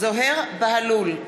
זוהיר בהלול,